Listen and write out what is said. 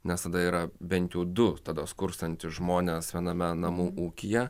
nes tada yra bent jau du tada skurstantys žmonės viename namų ūkyje